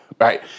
Right